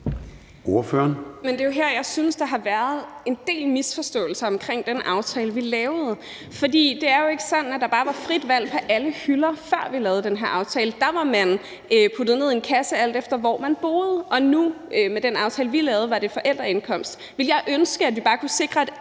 Carøe (SF): Jeg synes, der har været en del misforståelser omkring den aftale, vi lavede, fordi det jo ikke er sådan, at der bare var frit valg på alle hylder, før vi lavede den her aftale. Da var man puttet ned i en kasse, alt efter hvor man boede, og med den aftale, vi lavede, var det efter forældreindkomsten. Ville jeg ønske, at vi bare kunne sikre, at alle